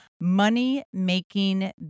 money-making